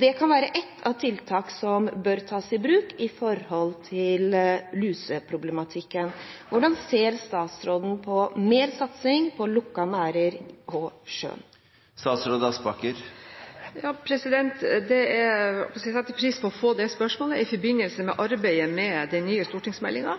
Det kan være ett tiltak som bør tas i bruk med tanke på luseproblematikken. Hvordan ser statsråden på mer satsing på lukkede merder i sjøen? Jeg setter pris på å få det spørsmålet. I forbindelse med